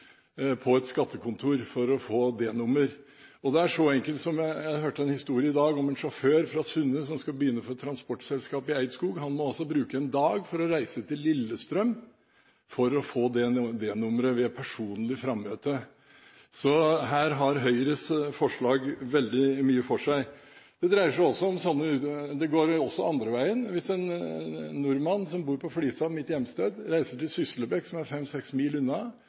på et skattekontor for å få D-nummer. Jeg hørte en historie i dag om en sjåfør fra Sunne som skulle begynne hos et transportselskap i Eidskog. Han må altså bruke én dag for å reise til Lillestrøm for å få det D-nummeret ved personlig frammøte. Så her har Høyres forslag veldig mye for seg. Det går også andre veien. Hvis en nordmann som bor på Flisa, mitt hjemsted, reiser til Sysselbeck, som er fem–seks mil unna,